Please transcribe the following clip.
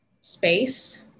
space